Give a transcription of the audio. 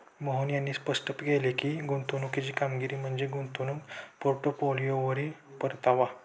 मोहन यांनी स्पष्ट केले की, गुंतवणुकीची कामगिरी म्हणजे गुंतवणूक पोर्टफोलिओवरील परतावा